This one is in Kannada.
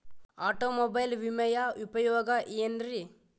ಆಟೋಮೊಬೈಲ್ ವಿಮೆಯ ಉಪಯೋಗ ಏನ್ರೀ?